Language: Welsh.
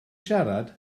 siarad